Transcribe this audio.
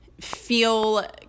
feel